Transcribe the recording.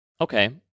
Okay